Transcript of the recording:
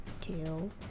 Two